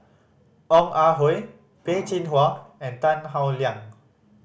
Ong Ah Hoi Peh Chin Hua and Tan Howe Liang